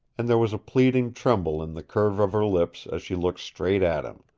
and there was a pleading tremble in the curve of her lips as she looked straight at him.